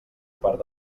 part